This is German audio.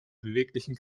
beweglichen